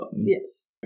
Yes